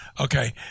Okay